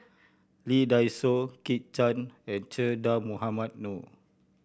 Lee Dai Soh Kit Chan and Che Dah Mohamed Noor